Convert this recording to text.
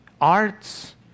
arts